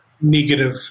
negative